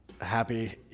happy